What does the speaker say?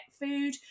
food